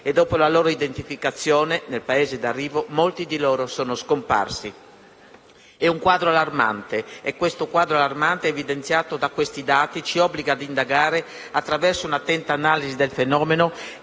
e dopo la loro identificazione nel Paese d'arrivo molti di loro sono scomparsi. Il quadro allarmante evidenziato da questi dati ci obbliga ad indagare, attraverso un'attenta analisi del fenomeno,